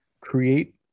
create